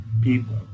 people